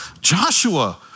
Joshua